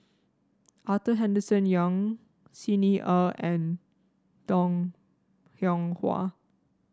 Arthur Henderson Young Xi Ni Er and Bong Hiong Hwa